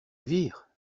elvire